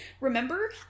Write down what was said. remember